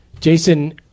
Jason